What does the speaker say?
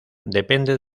depende